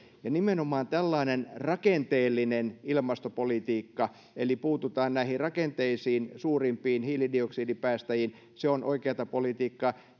nimenomaan tällainen rakenteellinen ilmastopolitiikka jossa puututaan näihin rakenteisiin suurimpiin hiilidioksidin päästäjiin on oikeata politiikkaa